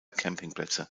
campingplätze